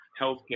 healthcare